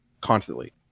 constantly